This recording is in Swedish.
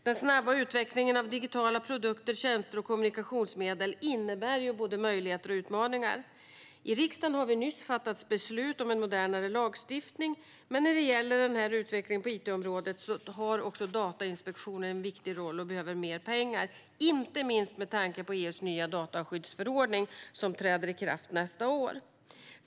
Den snabba utvecklingen av digitala produkter, tjänster och kommunikationsmedel innebär både möjligheter och utmaningar. I riksdagen har vi nyligen fattat beslut om en modernare lagstiftning, men när det gäller utvecklingen på it-området har också Datainspektionen en viktig roll och behöver mer pengar, inte minst med tanke på EU:s nya dataskyddsförordning, som träder i kraft under nästa år.